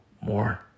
more